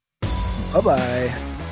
Bye-bye